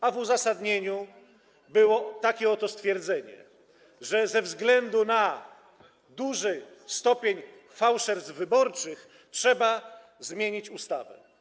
A w uzasadnieniu było takie oto stwierdzenie, że ze względu na duży stopień fałszerstw wyborczych trzeba zmienić ustawę.